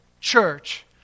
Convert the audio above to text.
church